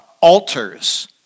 altars